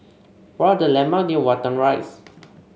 what are the landmarks near Watten Rise